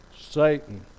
Satan